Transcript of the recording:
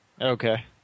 Okay